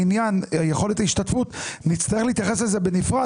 לעניין יכולת ההשתתפות, נצטרך להתייחס לזה בנפרד.